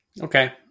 Okay